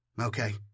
Okay